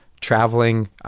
traveling